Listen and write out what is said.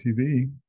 TV